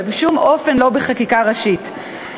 ובשום אופן לא בחקיקה ראשית.